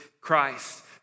Christ